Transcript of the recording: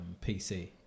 PC